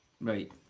Right